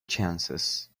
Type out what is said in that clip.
chances